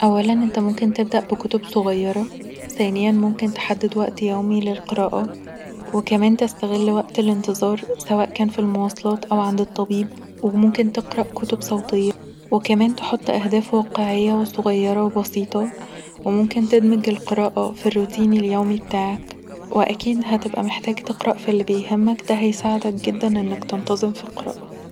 اولا انت ممكن تبدأ بكتب صغيرة، ثانيا ممكن تحدد وقت يومي للقراءة وكمان تستغل وقت الانتظار سواء كان في المواصلات او عند الطبيب وممكن تقرأ كتب صوتيه وكمان تحط اهداف واقعيه وصغيرة وبسيطه وممكن تدمج القراءة في الروتين اليومي بتاعك واكيد هتبقي محتاج تقرأ في اللي يهمك دا هيساعدك جدا تنتظم في القراءة